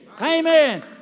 Amen